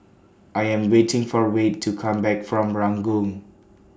I Am waiting For Wayde to Come Back from Ranggung